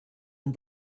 and